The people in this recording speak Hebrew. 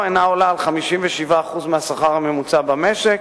אינה עולה על 57% מהשכר הממוצע במשק,